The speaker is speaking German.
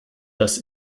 das